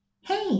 Hey